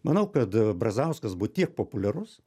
manau kad brazauskas buvo tiek populiarus